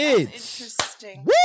interesting